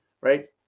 right